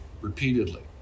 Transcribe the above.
repeatedly